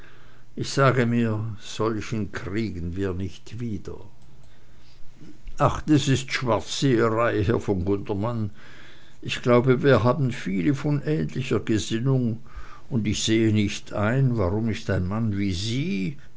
ich sage mir solchen kriegen wir nicht wieder ach das ist schwarzseherei herr von gundermann ich glaube wir haben viele von ähnlicher gesinnung und ich sehe nicht ein warum nicht ein mann wie sie